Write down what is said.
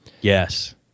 yes